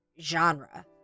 genre